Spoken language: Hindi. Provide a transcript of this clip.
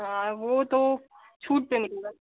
हाँ वो तो छूट पे मिलेगा